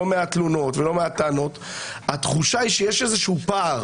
לא מעט תלונות ולא מעט טענות והתחושה היא שיש איזשהו פער